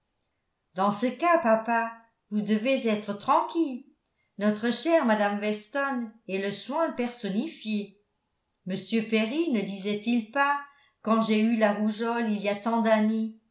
dans ce cas papa vous devez être tranquille notre chère mme weston est le soin personnifié m perry ne disait-il pas quand j'ai eu la rougeole il y a tant d'années